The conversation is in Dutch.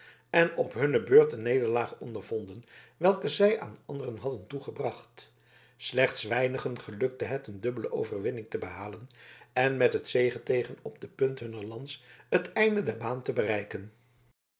en op hunne beurt eene nederlaag ondervonden welke zij aan anderen hadden toegebracht slechts weinigen gelukte het een dubbele overwinning te behalen en met het zegeteeken op de punt hunner lans het eind der baan te bereiken